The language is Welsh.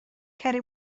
ceri